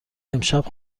امشب